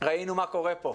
ראינו מה קורה פה,